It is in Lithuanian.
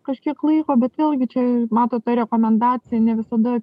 kažkiek laiko bet vėlgi čia matot ta rekomendacija ne visada